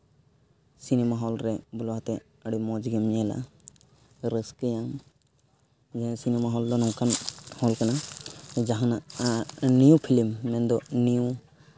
cinema hall ᱨᱮ ᱵᱚᱞᱚ ᱠᱟᱛᱮ ᱟᱹᱰᱤ ᱢᱚᱡᱽ ᱜᱮᱢ ᱧᱮᱞᱟ ᱨᱟᱹᱥᱠᱟᱹᱭᱟᱢ ᱡᱮ ᱥᱤᱱᱮᱢᱟ ᱦᱚᱞ ᱫᱚ ᱱᱚᱝᱠᱟᱱ ᱦᱚᱞ ᱠᱟᱱᱟ ᱡᱟᱦᱟᱱᱟᱜ ᱱᱤᱭᱩ ᱯᱷᱤᱞᱤᱢ ᱢᱮᱱ ᱫᱚ ᱱᱤᱭᱩ